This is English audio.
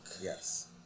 Yes